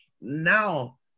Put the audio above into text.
now